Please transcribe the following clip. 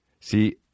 See